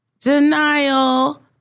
denial